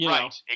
Right